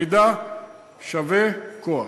מידע שווה כוח,